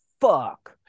fuck